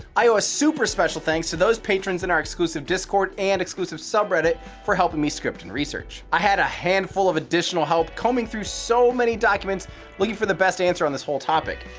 i owe a super special thanks to those patrons in our exclusive discord and subreddit for helping me script and research. i had a handful of additional help combing through so many documents looking for the best answer on this whole topic.